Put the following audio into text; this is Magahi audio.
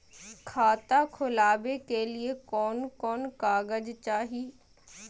खाता खोलाबे के लिए कौन कौन कागज चाही?